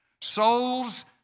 Souls